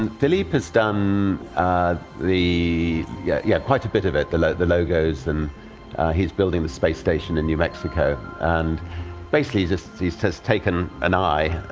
and philippe has done the yeah yeah, quite a bit of it the like the logos and he's building the space station in new mexico. and basically, he's just just taken an eye